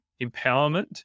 empowerment